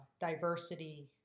diversity